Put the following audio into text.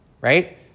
Right